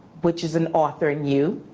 which is an author and you.